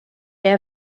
air